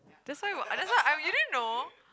that's why that's why you didn't know